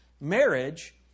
Marriage